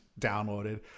downloaded